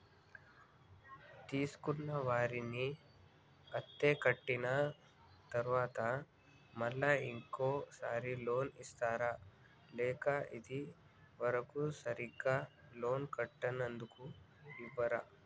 తీసుకున్న రుణాన్ని అత్తే కట్టిన తరువాత మళ్ళా ఇంకో సారి లోన్ ఇస్తారా లేక ఇది వరకు సరిగ్గా లోన్ కట్టనందుకు ఇవ్వరా?